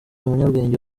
umunyabwenge